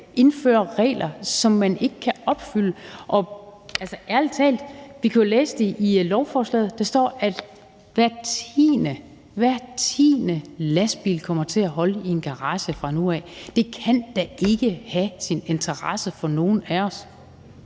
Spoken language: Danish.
indfører regler, som man ikke kan opfylde. Ærlig talt, vi kan jo læse det i lovforslaget, hvor der står, at hver tiende lastbil kommer til at holde i en garage fra nu af! Det er der da ikke nogen af os